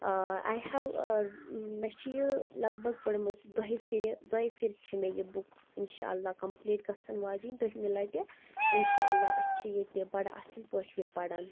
ٲں آے ہیو مےٚ چھِ یہِ لگ بھگ پٔرمٕژ دۄیہِ فِرِ دۄیہِ فِرِ چھِ مےٚ یہِ بُک انشاء اللہ کمپٕلیٖٹ گَژھَن واجِنۍ دوٚیمہِ لَٹہِ انشاء اللہ أسۍ چھِ ییٚتہِ بَڑٕ اصٕل پٲٹھۍ یہِ پَران